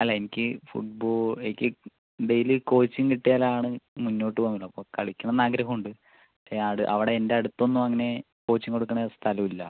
അല്ല എനിക്ക് ഫുട്ബോൾ എനിക്ക് ഡെയ്ലി കോച്ചിംഗ് കിട്ടിയാലാണ് മുന്നോട്ടു പോകാൻ പറ്റുള്ളൂ അപ്പോൾ കളിക്കണം എന്ന് ആഗ്രഹമുണ്ട് പക്ഷേ അവിടെയെൻ്റെ അടുത്തൊന്നും അങ്ങനെ കോച്ചിംഗ് കൊടുക്കണ സ്ഥലമില്ല